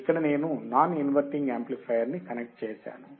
ఇక్కడ నేను non inverting amplifier ని కనెక్ట్ చేసాను